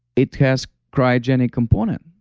it has cryogenic component,